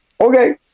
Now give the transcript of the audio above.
okay